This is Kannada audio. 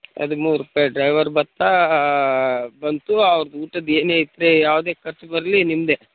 ಹದಿಮೂರು ರುಪಾಯ್ ಡ್ರೈವರ್ ಬತ್ತಾ ಬಂತು ಅವ್ರದ್ದು ಊಟದ್ದು ಏನೇ ಐತಿ ರೀ ಯಾವುದೇ ಖರ್ಚು ಬರಲಿ ನಿಮ್ಮದೇ